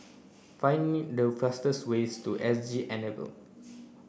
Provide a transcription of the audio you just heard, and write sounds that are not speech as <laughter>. finding the <unintelligible> ways to S G Enable